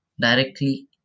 directly